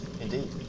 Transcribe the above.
Indeed